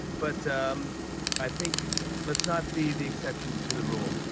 but i think let's not be the exception to the rule.